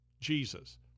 Jesus